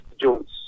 Jones